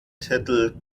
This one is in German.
titel